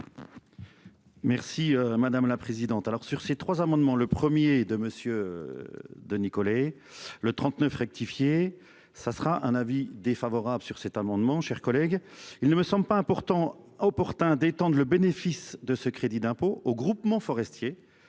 Merci madame la présidente. Alors sur ces trois amendements, le premier de monsieur. De Nicolay. Le 39 rectifier ça sera un avis défavorable sur cet amendement, cher collègue. Il ne me semble pas important opportun détende, le bénéfice de ce crédit d'impôt aux groupements forestiers